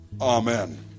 amen